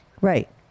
Right